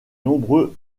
nombreux